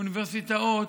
האוניברסיטאות,